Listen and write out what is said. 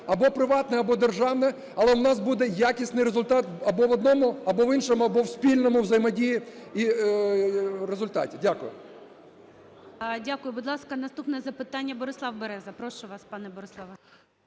або приватне, або держане, але у нас буде якісний результат або в одному, або в іншому, або у спільній взаємодії і результаті. Дякую. ГОЛОВУЮЧИЙ. Будь ласка, наступне запитання - Борислав Береза. Прошу вас, пане Бориславе.